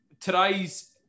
today's